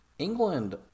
England